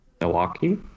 Milwaukee